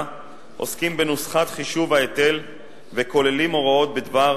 עוסקים בנוסחת חישוב ההיטל וכוללים הוראות בדבר